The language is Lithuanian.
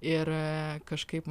ir kažkaip